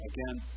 Again